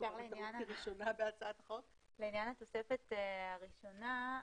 לעניין התוספת הראשונה.